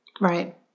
Right